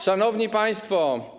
Szanowni Państwo!